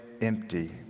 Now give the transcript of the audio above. empty